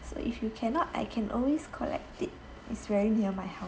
so if you cannot I can always collect it is very near my house